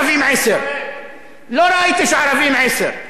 לא ראיתי שערבים 10. ראיתם שערבים 10?